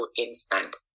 instant